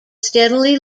steadily